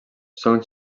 són